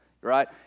Right